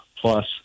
plus